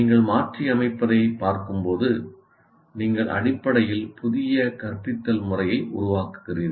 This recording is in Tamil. நீங்கள் மாற்றியமைப்பதை பார்க்கும்போது நீங்கள் அடிப்படையில் புதிய கற்பித்தல் முறையை உருவாக்குகிறீர்கள்